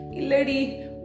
Lady